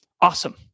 Awesome